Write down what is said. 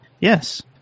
Yes